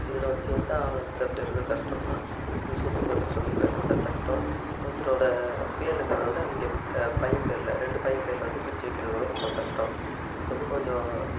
இதில் வந்து எந்த ஆவணத்தை பெறுகிறது கஷ்டம்னா இந்த சொத்து பத்தரத்தை வந்து பெறுகிறது தான் கஷ்டம் பத்தரத்தோட பேர்ல இருக்கிறத வந்து அவங்க இப்போ பையன் பேர்ல ரெண்டு பையன் பேர்ல வந்து பிரிச்சு வைக்கிறது தான் ரொம்ப கஷ்டம் அது வந்து கொஞ்சம்